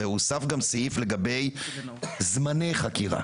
הרי הוסף גם סעיף לגבי זמני חקירה.